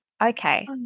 Okay